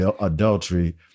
adultery